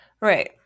Right